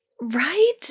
Right